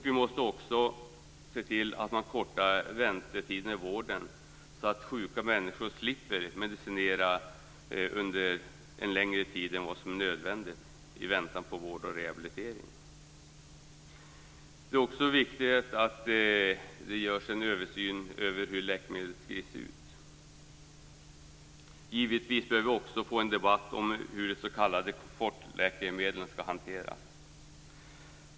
Vi måste också se till att man kortar väntetiderna i vården, så att sjuka människor slipper medicinera under en längre tid än nödvändigt i väntan på vård och rehabilitering. Det är också viktigt att det görs en översyn av hur läkemedel skrivs ut. Givetvis bör vi också få en debatt om hur de s.k. komfortläkemedlen skall hanteras.